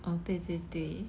orh 对对对